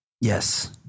Yes